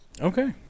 Okay